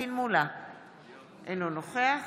אינו נוכח